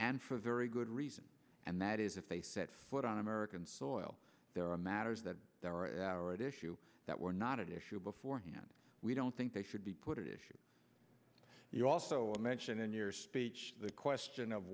and for a very good reason and that is if they set foot on american soil there are matters that hour at issue that were not at issue beforehand we don't think they should be put in you also mentioned in your speech the question of